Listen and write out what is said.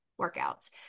workouts